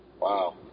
Wow